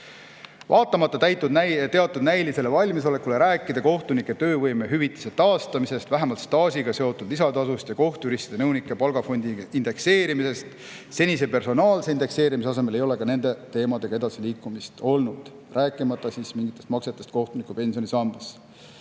Vaatamata teatud näilisele valmisolekule rääkida kohtunike töövõimehüvitise taastamisest, vähemalt staažiga seotud lisatasudest ja kohtujuristide ja nõunike palgafondi indekseerimisest senise personaalse indekseerimise asemel, ei ole ka nende teemadega edasiliikumist olnud, rääkimata mingitest maksetest kohtunike pensionisambasse.